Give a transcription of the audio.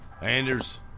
Anders